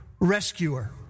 rescuer